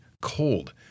cold